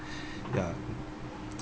ya